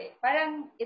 parang